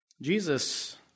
Jesus